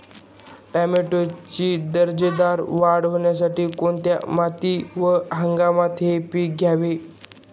टोमॅटोची दर्जेदार वाढ होण्यासाठी कोणत्या मातीत व हंगामात हे पीक घ्यावे?